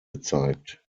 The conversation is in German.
gezeigt